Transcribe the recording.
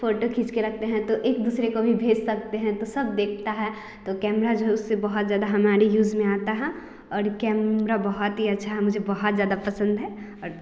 photo खींच के रखते हैं तो एक दूसरे को भी भेज सकते हैं तो सब देखते हैं तो कैमरा जो है उससे बहुत ज़्यादा हमारे यूज़ में आता है और कैमरा बहुत ही अच्छा मुझे बहुत ज़्यादा पसंद है और